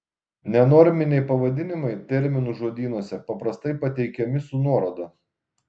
nenorminiai pavadinimai terminų žodynuose paprastai pateikiami su nuoroda